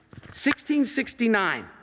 1669